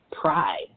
Pride